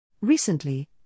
Recently